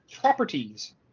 properties